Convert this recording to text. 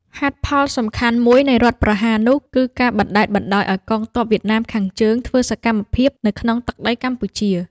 ហេតុផលសំខាន់មួយនៃរដ្ឋប្រហារនោះ គឺការបណ្តែតបណ្តោយឱ្យកងទ័ពវៀតណាមខាងជើងធ្វើសកម្មភាពនៅក្នុងទឹកដីកម្ពុជា។